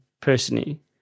personally